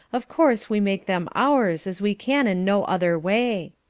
of course we make them ours as we can in no other way.